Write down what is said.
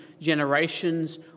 generations